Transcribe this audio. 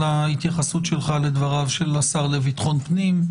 ההתייחסות שלך לדבריו של השר לביטחון פנים.